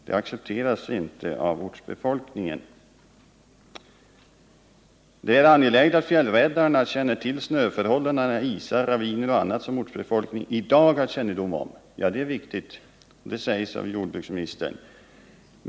De accepteras inte av ortsbefolkningen. ”Det är angeläget att fjällräddarna känner till snöförhållanden, isar, raviner och annat som ortsbefolkningen i dag har kännedom om”, säger jordbruksministern i svaret. Det är riktigt.